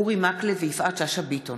אורי מקלב ויפעת שאשא ביטון